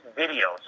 video